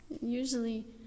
Usually